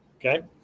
okay